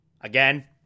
Again